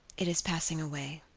it is passing away.